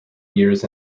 years